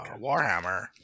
Warhammer